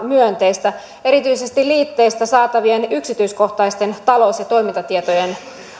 myönteistä erityisesti liitteistä saatavien yksityiskohtaisten talous ja toimintatietojen